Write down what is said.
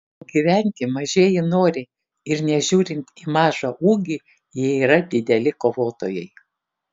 o gyventi mažieji nori ir nežiūrint į mažą ūgį jie yra dideli kovotojai